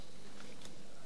אדוני היושב-ראש,